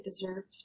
deserved